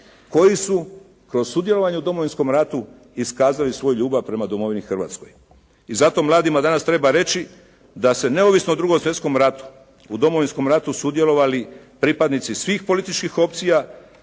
koji su kroz sudjelovanje u Domovinskom ratu iskazali svoju ljubav prema domovini Hrvatskoj. I zato mladima danas treba reći da se neovisno o Drugom svjetskom ratu u Domovinskom ratu sudjelovali pripadnici svih političkih opcija